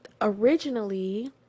originally